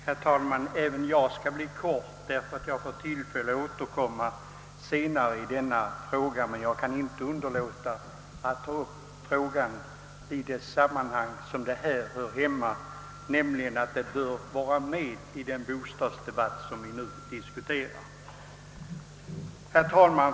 Herr talman! Även jag skall fatta mig kort, eftersom jag får tillfälle att återkomma, men jag kan inte underlåta att ta upp bostadsfrågan i det sammanhang där den hör hemma, d.v.s. i den bostadsdebatt som nu pågår.